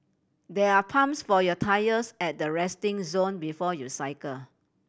there are pumps for your tyres at the resting zone before you cycle